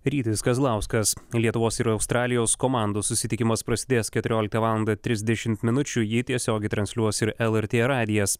rytis kazlauskas lietuvos ir australijos komandos susitikimas prasidės keturioliktą valandą trisdešim minučių jį tiesiogiai transliuos ir lrt radijas